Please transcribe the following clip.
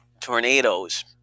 tornadoes